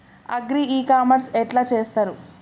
Agri e commerce ఎట్ల చేస్తరు?